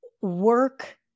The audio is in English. work